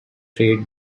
trade